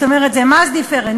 זאת אומרת, זה מס דיפרנציאלי,